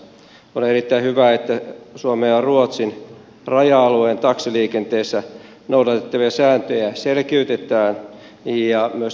on erittäin hyvä että suomen ja ruotsin raja alueen taksiliikenteessä noudatettavia sääntöjä selkiytetään ja myös täsmennetään